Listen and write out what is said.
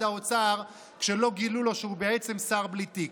האוצר כשלא גילו לו שהוא בעצם שר בלי תיק.